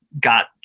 got